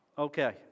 Okay